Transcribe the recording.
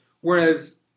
Whereas